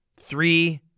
Three